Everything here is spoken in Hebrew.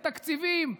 ותקציבים,